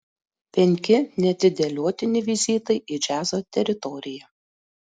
penki neatidėliotini vizitai į džiazo teritoriją